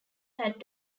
had